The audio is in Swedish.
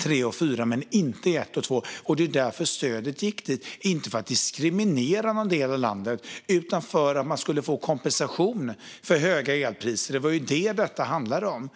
3 och 4 men inte i elprisområde 1 och 2, och det var därför stödet gick dit. Det var inte för att diskriminera någon del av landet utan för att man skulle få kompensation för höga elpriser; det var ju det som detta handlade om.